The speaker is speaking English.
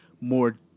more